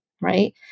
Right